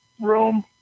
room